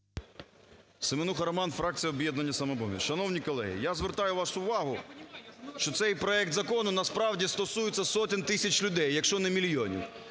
Семенуха Роман, фракція "Об'єднання "Самопоміч". Шановні колеги, я звертаю вашу увагу, що цей проект закону насправді стосується сотень тисяч людей, якщо не мільйонів.